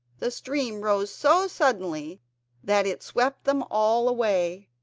the stream rose so suddenly that it swept them all away.